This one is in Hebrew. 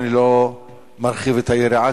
אני לא מרחיב את היריעה,